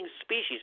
species